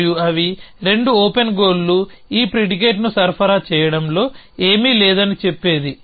మరియు అవి రెండు ఓపెన్ గోల్లు ఈ ప్రిడికేట్ను సరఫరా చేయడంలో ఏమీ లేదని చెప్పేది